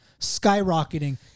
skyrocketing